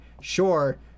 sure